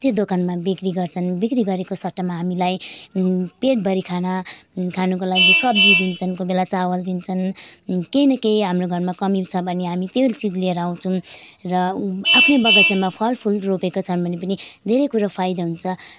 त्यो दोकानमा बिक्री गर्छन् बिक्री गरेको सट्टामा हामीलाई पेटभरि खाना खानुको लागि सब्जी दिन्छन् कोही बेला चामल दिन्छन् केही न केही हाम्रो घरमा कमी छ भने हामी त्यही चिज लिएर आउँछौँ र आफ्नो बगैँचामा फल फुल रोपेका छन् भने पनि धेरै कुरा फाइदा हुन्छ